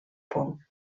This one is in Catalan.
punt